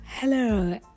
Hello